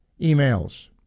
emails